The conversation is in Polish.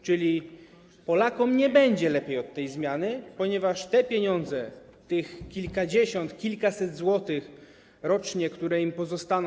Czyli Polakom nie będzie lepiej od tej zmiany, ponieważ te pieniądze - tych kilkadziesiąt, kilkaset złotych rocznie, które im pozostaną.